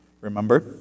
remember